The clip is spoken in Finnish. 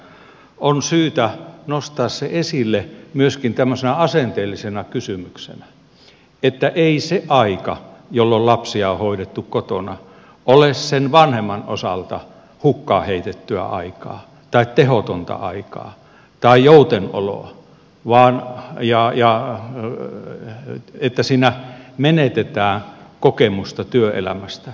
on syytä nostaa se esille myöskin tämmöisenä asenteellisena kysymyksenä että ei se aika jolloin lapsia on hoidettu kotona ole sen vanhemman osalta hukkaan heitettyä aikaa tai tehotonta aikaa tai joutenoloa niin että siinä menetetään kokemusta työelämästä